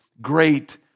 great